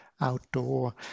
outdoor